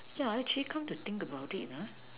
yeah actually come to think about it ah